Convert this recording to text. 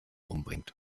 umbringt